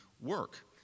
work